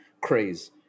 craze